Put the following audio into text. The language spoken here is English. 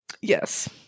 Yes